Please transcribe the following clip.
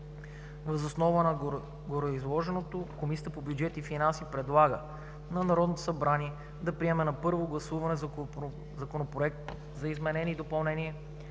Въз основа на гореизложеното Комисията по бюджет и финанси предлага на Народното събрание да приеме на първо гласуване Законопроект за изменение и допълнение